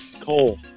Coal